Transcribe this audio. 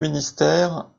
ministère